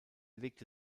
legte